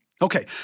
Okay